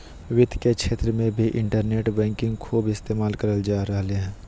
वित्त के क्षेत्र मे भी इन्टरनेट बैंकिंग खूब इस्तेमाल करल जा रहलय हें